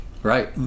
Right